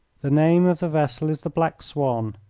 the name of the vessel is the black swan.